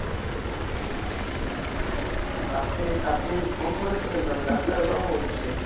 হ্যাঁ আপনি আপনি ফোন করেছিলেন তো আমি ডাক্তারবাবু বলছি